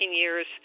years